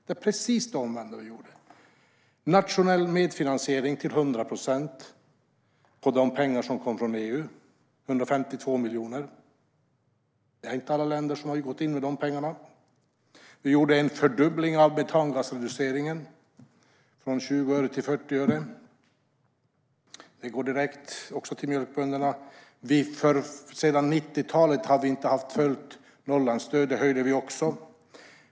Vad gäller de pengar som kom från EU ger vi nationell medfinansiering till 100 procent, vilket innebär 152 miljoner. Det är inte alla länder som har gått in med de pengarna. Vi gjorde en fördubbling av metangasreduceringen från 20 öre till 40 öre. Detta går direkt till mjölkbönderna. Sedan 90-talet har vi inte haft fullt Norrlandsstöd, men vi har nu höjt det.